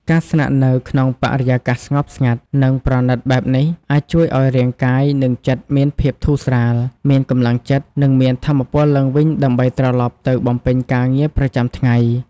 ការស្នាក់នៅក្នុងបរិយាកាសស្ងប់ស្ងាត់ និងប្រណីតបែបនេះ អាចជួយឲ្យរាងកាយ និងចិត្តមានភាពធូរស្រាល មានកម្លាំងចិត្ត និងមានថាមពលឡើងវិញដើម្បីត្រឡប់ទៅបំពេញការងារប្រចាំថ្ងៃ។